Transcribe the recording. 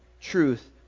truth